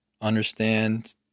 understand